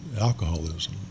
alcoholism